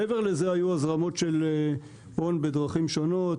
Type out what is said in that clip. מעבר לזה היו הזרמות של הון בדרכים שונות,